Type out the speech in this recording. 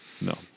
No